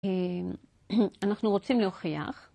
אנחנו רוצים להוכיח.